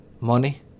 Money